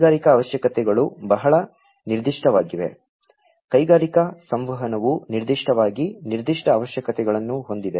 ಕೈಗಾರಿಕಾ ಅವಶ್ಯಕತೆಗಳು ಬಹಳ ನಿರ್ದಿಷ್ಟವಾಗಿವೆ ಕೈಗಾರಿಕಾ ಸಂವಹನವು ನಿರ್ದಿಷ್ಟವಾಗಿ ನಿರ್ದಿಷ್ಟ ಅವಶ್ಯಕತೆಗಳನ್ನು ಹೊಂದಿದೆ